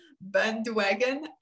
bandwagon